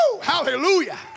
hallelujah